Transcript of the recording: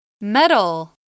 Metal